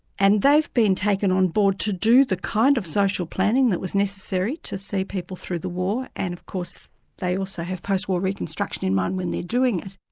and they've been taken on board to do the kind of social planning that was necessary to see people through the war and of course they also have post-war reconstruction in mind when they're doing it.